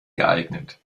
geeignet